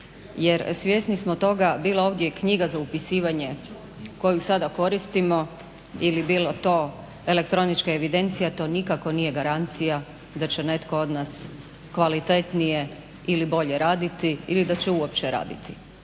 Jer svjesni smo toga, bila ovdje knjiga za upisivanje koje sada koristimo ili bilo to elektronička evidencija to nikako nije garancija da će netko od nas kvalitetnije ili bolje raditi, ili da će uopće raditi,